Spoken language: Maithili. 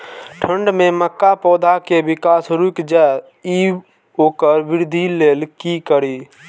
ठंढ में मक्का पौधा के विकास रूक जाय इ वोकर वृद्धि लेल कि करी?